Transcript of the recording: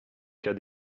cas